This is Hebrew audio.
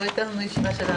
הישיבה ננעלה בשעה 12:30.